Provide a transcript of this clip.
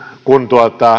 kun